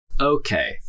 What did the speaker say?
Okay